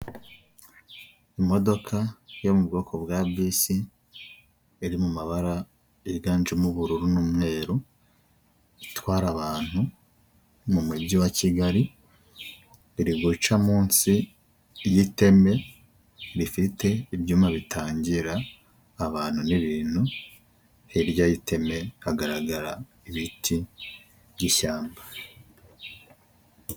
Imodoka yo mu bwoko bwa bisi iri mu mabara yiganjemo ubururu n'umweru, itwara abantu mu mujyi wa Kigali. Iri guca munsi y'iteme rifite ibyuma bitangira abantu n'ibintu, hirya y'iteme hagaragara ibiti by'ishyamba.